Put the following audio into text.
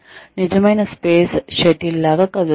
నిజమైన space shuttle లాగా కదులుతుంది